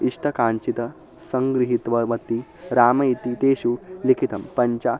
इष्टकाञ्चितं सङ्गृहीत्वा वति रामः इति तेषु लिखितं पञ्च